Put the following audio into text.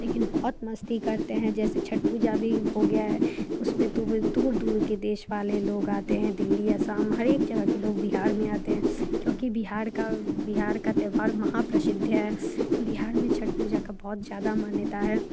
लेकिन बहुत मस्ती करते हैं जैसे छठ पूजा भी हो गया है उसमें तो ब दूर दूरके देशवाले लोग आते हैं दिल्ली आसाम हर एक जगह के लोग बिहार में आते हैं क्योंकि बिहार का बिहार का त्यौहार महाप्रसिद्ध है बिहार में छठ पूजा की बहुत ज़्यादा मान्यता है